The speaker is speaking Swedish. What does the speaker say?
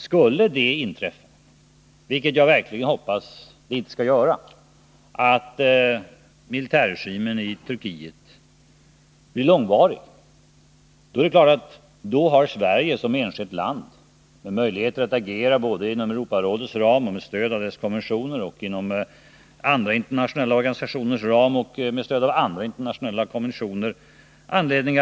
Skulle det inträffa — vilket jag verkligen hoppas inte skall ske — att militärregimen i Turkiet blir långvarig, är det klart att Sverige som enskilt land har möjlighet att agera. Man har då anledning att pröva både processer och annat, inom både Europarådets och andra internationella organisationers ram och med stöd av de internationella konventioner som finns.